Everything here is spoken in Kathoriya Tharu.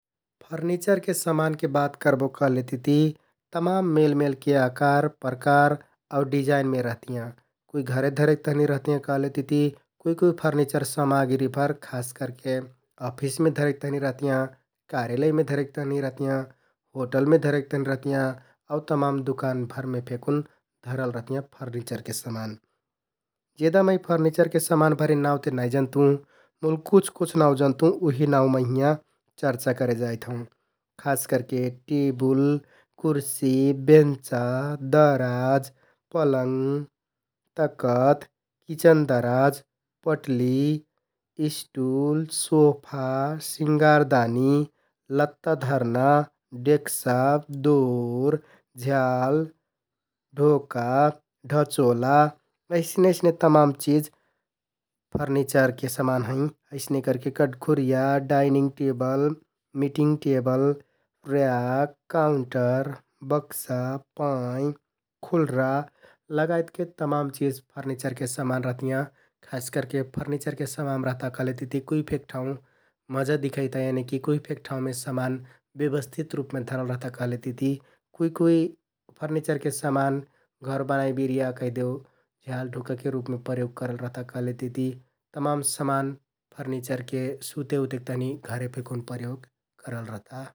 फर्निचरके समानके बात करबो कहलेतिति तमान मेलमेलके आकार, प्रकार आउ डिजाइनमे रहतियाँ । कुइ घरे धरेक तहनि रहतियाँ कहलेतिति कुइ कुइ फर्निचर समाग्रीभर खास करके अफिसमे धरेक तहनि रहतियाँ । कार्यालयमे धरेक तहनि रहतियाँ, होटलमे धरेक तहनि रहतियाँ आउ तमान दुकानभरमे फेकुन धरल रहतियाँ फर्निचरके समान । जेदा मै फर्निचरके समान भरिन नाउँ ते नाइ जन्तुँ मुल कुछ कुछ नाउँ जन्तुँ उहि नाउँ मै हिंयाँ चर्चा करे जाइत हौं । खास करके टेबुल, कुर्सि, बेन्चा, दराज, पलङ्ग, तकथ, किचन दराज, पट्लि, स्टुल, सोफा, सिङ्गारदानि, लत्ता धरना, डेक्सा, दोर झ्याल, ढोका, ढचोला अइसने अइसने तमान चिझ फर्निचरके समान हैं । अइसने करके कटघुरिया, dining table, meeting table, rack, counter, बक्सा, पाँइ, खुल्हरा लगायतके तमान चिझ फर्निचरके समान रहतियाँ । खास करके फर्निचरके समान रहता कहलेतिति कुइ फेक ठाउँ मजा दिखैता । यनिकि कुइफेक ठाउँमे समान ब्यवस्थित रुपमे धरल रहता कहलेतिति कुइ कुइ फर्निचरके समान घर बनाइ बिरिया कैहदेउ झ्याल, ढोकाके रुपमे प्रयोग करल रहता । कहलेतिति तमान समान फर्निचरके सुतेउतेक तहनि घरे फेकुन प्रयोग करल रहता ।